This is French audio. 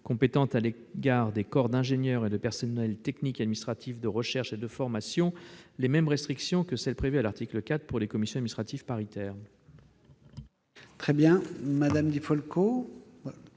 compétentes à l'égard des corps d'ingénieurs et de personnels techniques et administratifs de recherche et de formation, les mêmes restrictions que celles qui sont prévues à l'article 4 pour les commissions administratives paritaires.